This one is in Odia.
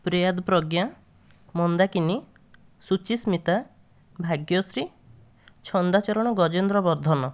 ପ୍ରିୟାଦ ପ୍ରଜ୍ଞା ମନ୍ଦାକିନୀ ସୂଚିସ୍ମିତା ଭାଗ୍ୟଶ୍ରୀ ଛନ୍ଦା ଚରଣ ଗଜେନ୍ଦ୍ର ବର୍ଦ୍ଧନ